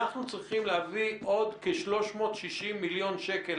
אנחנו צריכים להביא עוד כ-360 מיליון שקלים,